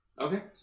Okay